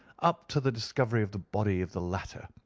up to the discovery of the body of the latter,